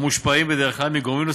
המושפעים בדרך כלל מגורמים נוספים,